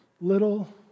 little